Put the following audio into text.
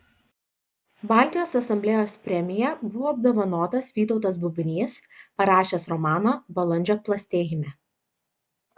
baltijos asamblėjos premija buvo apdovanotas vytautas bubnys parašęs romaną balandžio plastėjime